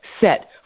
set